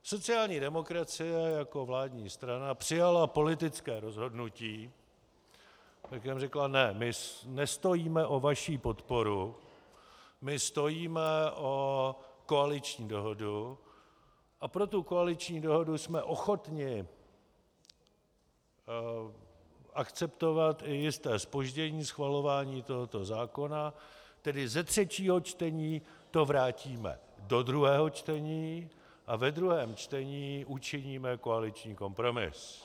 Sociální demokracie jako vládní strana přijala politické rozhodnutí, ve kterém řekla ne, my nestojíme o vaši podporu, my stojíme o koaliční dohodu a pro tu koaliční dohodu jsme ochotni akceptovat i jisté zpoždění schvalování tohoto zákona, tedy ze třetího čtení to vrátíme do druhého čtení a ve druhém čtení učiníme koaliční kompromis.